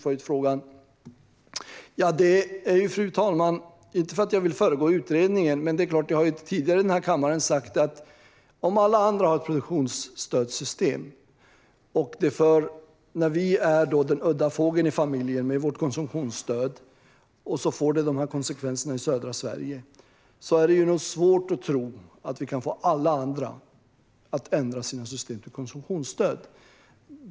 Inte för att jag vill föregripa utredningen, men vi har tidigare i denna kammare sagt att om alla andra har produktionsstödssystem och vi, med vårt konsumtionsstöd, är den udda fågeln i familjen och detta får konsekvenser i södra Sverige är det svårt att tro att vi kan få alla andra att ändra sina system till konsumtionsstöd.